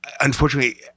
Unfortunately